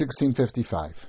1655